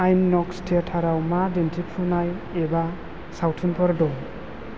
आइनक्स थियेतराव मा दिनथिफुंनाय एबा सावथुनफोर दं